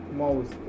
mouse